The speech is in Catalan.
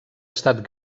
estat